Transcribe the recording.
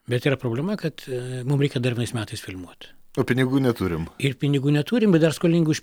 bet yra problema kad mum reikia dar vienais metais filmuot o pinigų neturim ir pinigų neturim ir dar skolingi už